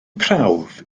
prawf